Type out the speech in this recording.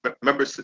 remember